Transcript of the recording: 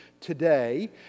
today